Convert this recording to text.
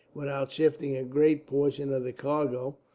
without shifting a great portion of the cargo,